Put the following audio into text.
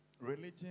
Religion